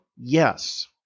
Yes